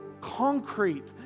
concrete